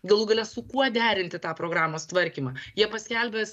galų gale su kuo derinti tą programos tvarkymą jie paskelbęs